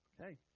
Okay